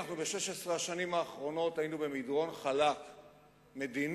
ב-16 השנים האחרונות אנחנו היינו במדרון חלק מדיני-ביטחוני,